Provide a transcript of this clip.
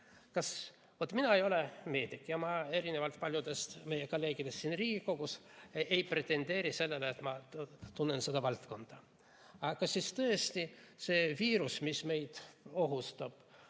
Vot mina ei ole meedik ja ma erinevalt paljudest meie kolleegidest siin Riigikogus ei pretendeeri sellele, et ma tunnen seda valdkonda. Aga kas siis tõesti see viirus, mis meid ohustab,